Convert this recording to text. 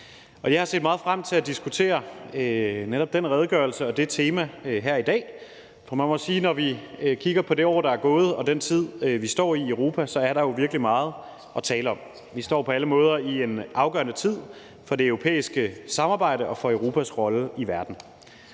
Jeg har set meget frem til at diskutere netop den redegørelse og det tema her i dag. For man må sige, at når vi kigger på det år, der er gået, og den tid, vi står i i Europa, så er der jo virkelig meget at tale om. Vi står på alle måder i en afgørende tid for det europæiske samarbejde og for Europas rolle i verden.